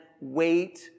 wait